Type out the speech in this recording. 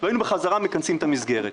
והיינו בחזרה מכנסים את המסגרת.